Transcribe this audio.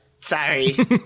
sorry